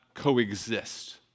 coexist